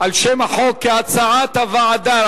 על שם החוק כהצעת הוועדה.